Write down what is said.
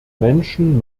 menschen